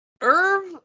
Irv